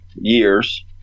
years